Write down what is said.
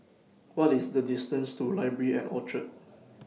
What IS The distance to Library At Orchard